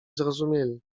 zrozumieli